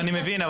מבין,